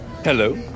Hello